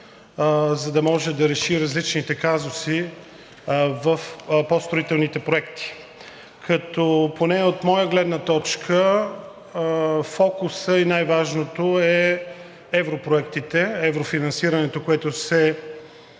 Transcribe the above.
за да може да реши различните казуси по строителните проекти, като поне от моя гледна точка фокусът и най-важното е европроектите, еврофинансирането, което се